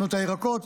בחנות הירקות,